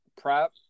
prep